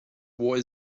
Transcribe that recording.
what